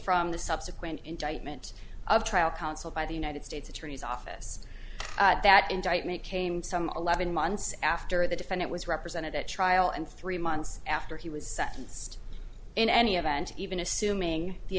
from the subsequent meant of trial counsel by the united states attorney's office that indictment came some eleven months after the defendant was represented at trial and three months after he was sentenced in any event even assuming the